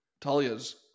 talia's